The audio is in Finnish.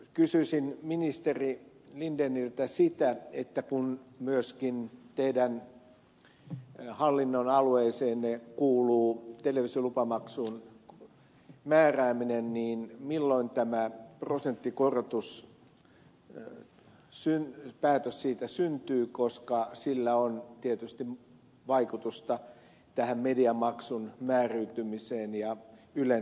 kysyisin ministeri lindeniltä sitä että kun myöskin teidän hallinnonalueeseenne kuuluu televisiolupamaksun määrääminen niin milloin tämä päätös prosenttikorotuksesta syntyy koska sillä on tietysti vaikutusta tähän mediamaksun määräytymiseen ja ylen toimintaan